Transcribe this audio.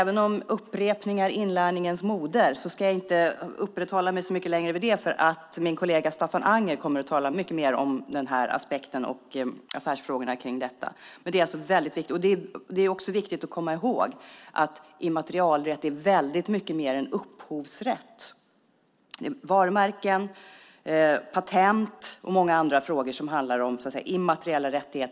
Även om upprepning är inlärningens moder ska jag inte uppehålla mig så mycket längre vid detta, för min kollega Staffan Anger kommer att tala mycket mer om denna aspekt och affärsfrågorna. Det är också viktigt att komma ihåg att immaterialrätt är mycket mer än upphovsrätt. Det är varumärken, patent och många andra frågor som handlar om immateriella rättigheter.